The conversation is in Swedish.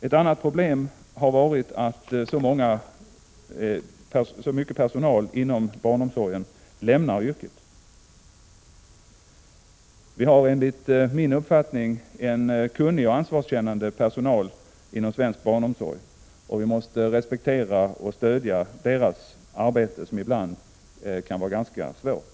Ett annat problem har varit att så mycket personal inom barnomsorgen lämnar yrket. Vi har enligt min uppfattning en kunnig och ansvarskännande personal inom svensk barnomsorg, och vi måste respektera och stödja dess arbete, som ibland kan vara ganska svårt.